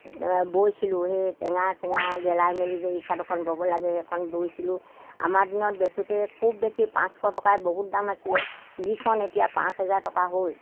বৈছিলোঁ সেই টেঙা চেঙা গেলাই মেলি যে এৰী চাদৰখন ব'ব লাগে সেইখন বৈছিলোঁ আমাৰ দিনত বেচোতে খুব বেছি পাঁচশ টকাই বহুত দাম আছিলে যিখন এতিয়া পাঁচ হেজাৰ টকা হ'ল